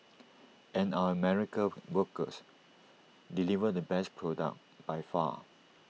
and our American workers deliver the best product by far